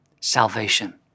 salvation